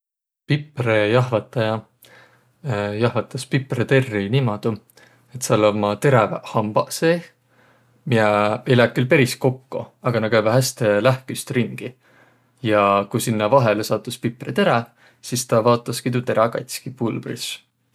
Piprõjahvataja jahvatas piprõterri niimuudu, et sääl ummaq teräväq hambaq seeh, miä ei lääq küll peris kokko, aga näq käüväq häste lähküst ringi. Ja ku sinnäq vaihõlõ sattus piprõterä, sis tä vaotaski tuu terä katski pulbris.